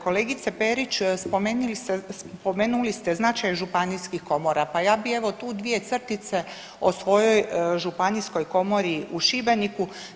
Kolegice Perić, spomenuli ste značaj županijskih komora, pa ja bi evo tu dvije crtice o svojoj županijskoj komori u Šibeniku.